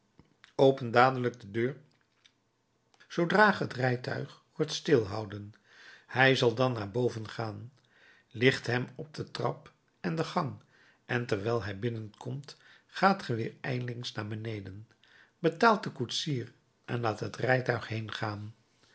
open dadelijk de deur zoodra ge het rijtuig hoort stilhouden hij zal dan naar boven gaan licht hem op de trap en de gang en terwijl hij binnenkomt gaat ge weder ijlings naar beneden betaalt den koetsier en laat het